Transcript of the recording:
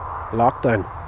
lockdown